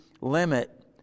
limit